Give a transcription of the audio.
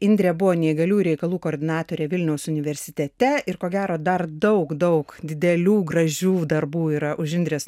indrė buvo neįgalių reikalų koordinatorė vilniaus universitete ir ko gero dar daug daug didelių gražių darbų yra už indrės